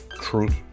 truth